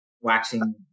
waxing